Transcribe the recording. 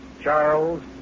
Charles